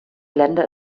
länder